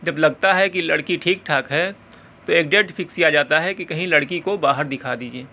جب لگتا ہے کہ لڑکی ٹھیک ٹھاک ہے تو ایک ڈیٹ فکس کیا جاتا ہے کہ کہیں لڑکی کو باہر دکھا دیجئے